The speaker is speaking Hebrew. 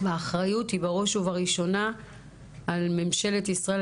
והאחריות היא בראש ובראשונה על ממשלת ישראל.